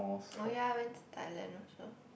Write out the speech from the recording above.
oh ya I went to Thailand also